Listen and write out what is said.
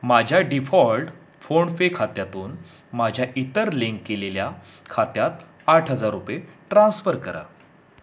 माझ्या default PhonePe खात्यातून माझ्या इतर लिंक केलेल्या खात्यात आठ हजार रुपये ट्रान्स्फर करा